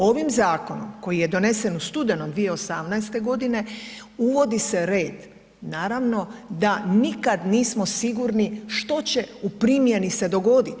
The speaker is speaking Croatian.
Ovim zakonom koji je donesen u studenom 2018. godine uvodi se red, naravno da nikada nismo sigurni što će u primjeni se dogodit.